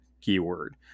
keyword